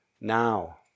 now